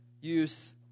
use